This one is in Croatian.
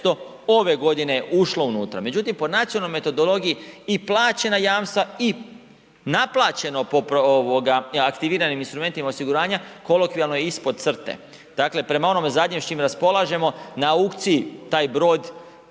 900, ove godine je ušlo unutra, međutim po nacionalnoj metodologiji i plaćena jamstva i naplaćeno po aktiviranim instrumentima osiguranja, kolokvijalno je ispod crte. Dakle, prema onome zadnjem s čim raspolažemo na aukciji taj brod